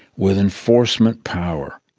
with enforcement power.